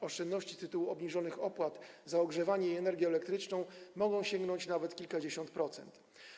Oszczędności z tytułu obniżonych opłat za ogrzewanie i energię elektryczną mogą osiągnąć nawet kilkadziesiąt procent.